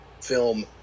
film